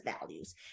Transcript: values